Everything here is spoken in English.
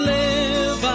live